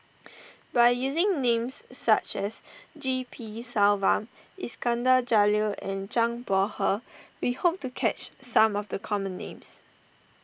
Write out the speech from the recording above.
by using names such as G P Selvam Iskandar Jalil and Zhang Bohe we hope to catch some of the common names